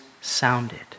sounded